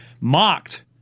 mocked